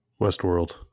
Westworld